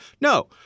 No